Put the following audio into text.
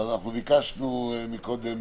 אבל אנחנו ביקשנו קודם